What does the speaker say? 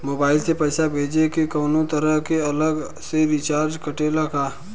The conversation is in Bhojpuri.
मोबाइल से पैसा भेजे मे कौनों तरह के अलग से चार्ज कटेला का?